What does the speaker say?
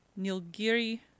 Nilgiri